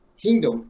kingdom